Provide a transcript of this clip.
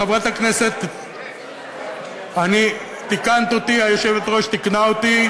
חברת הכנסת, תיקנת אותי, היושבת-ראש תיקנה אותי,